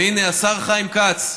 והינה השר חיים כץ,